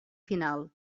final